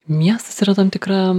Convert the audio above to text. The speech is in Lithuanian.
miestas yra tam tikra